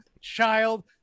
child